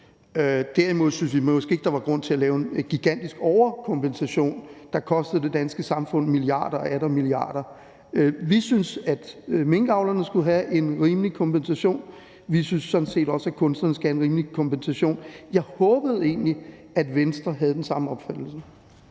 Derimod synes vi måske ikke, at der var grund til at give en gigantisk overkompensation, der kostede det danske samfund milliarder og atter milliarder. Vi synes, at minkavlerne skulle have en rimelig kompensation, og vi synes sådan set også, at kunstnerne skal have en rimelig kompensation. Jeg håbede egentlig, at Venstre havde den samme opfattelse.